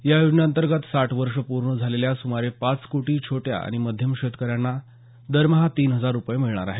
या योजनेअंतर्गत साठ वर्ष पूर्ण झालेल्या सुमारे पाच कोटी छोट्या आणि मध्यम शेतकऱ्यांना दरमहा तीन हजार रुपये मिळणार आहेत